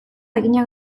haginak